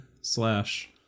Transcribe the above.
slash